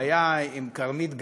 זה היה עם כרמית גיא,